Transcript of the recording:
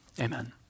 Amen